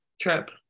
trip